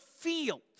field